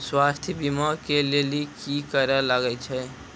स्वास्थ्य बीमा के लेली की करे लागे छै?